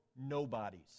nobodies